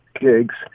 gigs